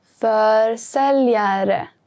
Försäljare